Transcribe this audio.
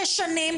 שש שנים,